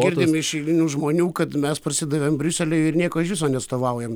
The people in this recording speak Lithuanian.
girdim iš eilinių žmonių kad mes parsidavėm briuseliui ir nieko iš viso neatstovaujam